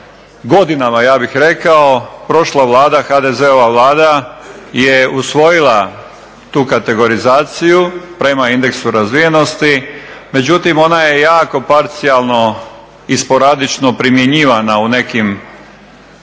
godinama ja bih rekao. Prošla Vlada, HDZ-ova Vlada je usvojila tu kategorizaciju prema indeksu razvijenosti, međutim ona je jako parcijalno i sporadično primjenjivana u nekim